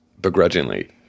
begrudgingly